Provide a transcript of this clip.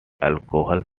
alcohol